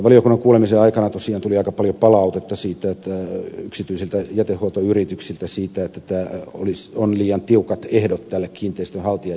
valiokunnan kuulemisen aikana tosiaan tuli aika paljon palautetta yksityisiltä jätehuoltoyrityksiltä siitä että on liian tiukat ehdot tälle kiinteistönhaltijan järjestämälle jätteenkuljetukselle